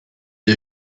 est